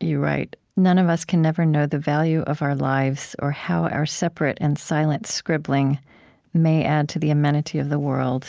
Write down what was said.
you write, none of us can ever know the value of our lives or how our separate and silent scribbling may add to the amenity of the world